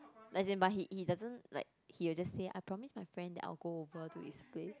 as in but he he doesn't like he will just say I promised my friend that I will go over to his place